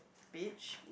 beach